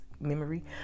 memory